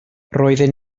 roedden